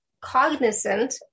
cognizant